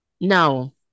No